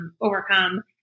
overcome